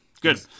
Good